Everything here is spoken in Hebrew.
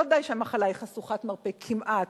לא די שהמחלה היא חשוכת מרפא כמעט,